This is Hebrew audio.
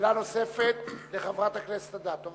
שאלה נוספת לחברת הכנסת אדטו.